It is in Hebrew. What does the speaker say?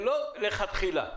שלא מלכתחילה,